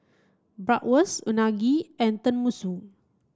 Bratwurst Unagi and Tenmusu